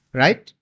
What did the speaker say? right